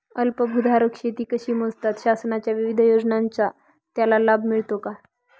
अल्पभूधारक शेती कशी मोजतात? शासनाच्या विविध योजनांचा त्याला लाभ मिळतो का?